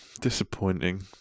disappointing